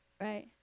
right